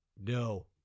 no